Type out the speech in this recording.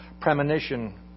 premonition